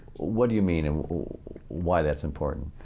what do you mean and why that's important?